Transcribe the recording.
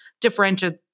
differentiate